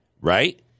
right